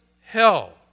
hell